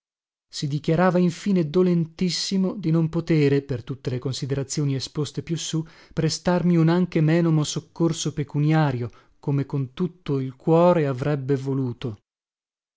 si dichiarava infine dolentissimo di non potere per tutte le considerazioni esposte più sù prestarmi un anche menomo soccorso pecuniario come con tutto il cuore avrebbe voluto